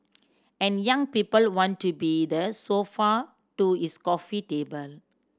and young people want to be the sofa to his coffee table